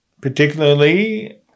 particularly